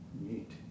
Neat